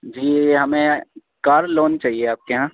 جی ہمیں car loan چاہیے آپ کے یہاں